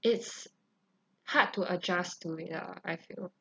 it's hard to adjust to ya I feel